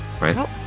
Right